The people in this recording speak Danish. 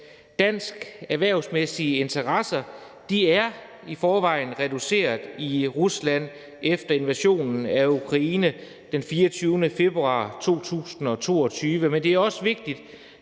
danske erhvervsmæssige interesser i forvejen er reduceret i Rusland efter invasionen af Ukraine den 24. februar 2022, men det er også vigtigt,